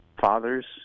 fathers